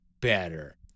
better